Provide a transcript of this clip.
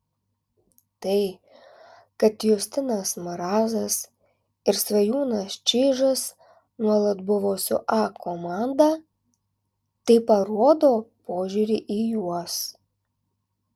tai kad justinas marazas ir svajūnas čyžas nuolat buvo su a komanda tai parodo požiūrį į juos